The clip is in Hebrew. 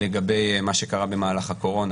-- לגבי מה שקרה במהלך הקורונה.